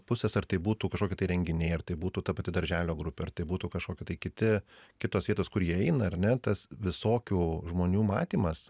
pusės ar tai būtų kažkokie renginiai ar tai būtų ta pati darželio grupė tai būtų kažkokie tai kiti kitos vietos kur jie eina ar ne tas visokių žmonių matymas